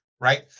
right